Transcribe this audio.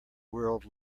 world